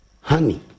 honey